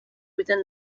within